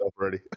already